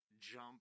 jump